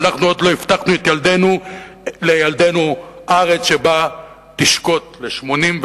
ואנחנו עוד לא הבטחנו לילדינו ארץ שתשקוט ל-80,